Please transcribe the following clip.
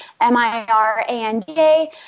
M-I-R-A-N-D-A